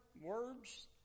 words